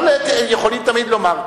יכולים תמיד לומר,